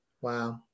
wow